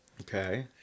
Okay